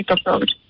approach